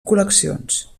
col·leccions